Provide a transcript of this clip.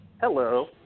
Hello